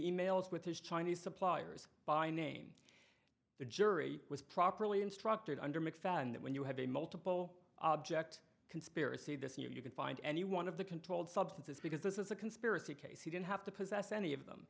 e mails with his chinese suppliers by name the jury was properly instructed under mcfadden that when you have a multiple object conspiracy this you can find any one of the controlled substances because this is a conspiracy case you don't have to possess any of them